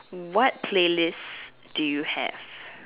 what playlist do you have